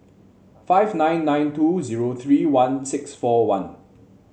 five nine nine two zero three one six four one